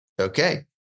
okay